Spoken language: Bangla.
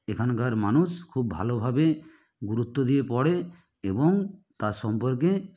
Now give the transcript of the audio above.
এখানকার মানুষ খুব ভালোভাবে গুরুত্ব দিয়ে পড়ে এবং তার সম্পর্কে